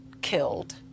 killed